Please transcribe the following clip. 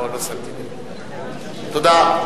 תודה.